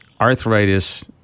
arthritis